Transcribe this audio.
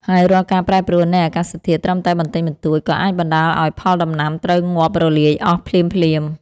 ហើយរាល់ការប្រែប្រួលនៃធាតុអាកាសត្រឹមតែបន្តិចបន្តួច ក៏អាចបណ្តាលឱ្យផលដំណាំត្រូវងាប់រលាយអស់ភ្លាមៗ។